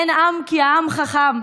אין עם כי העם חכם.